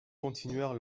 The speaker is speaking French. continuèrent